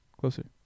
closer